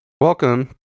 Welcome